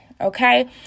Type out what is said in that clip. Okay